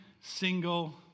single